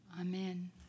Amen